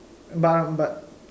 but but